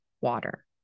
water